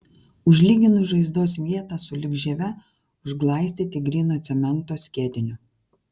užlyginus žaizdos vietą sulig žieve užglaistyti gryno cemento skiediniu